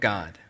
God